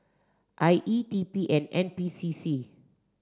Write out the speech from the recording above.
I E T P and N P C C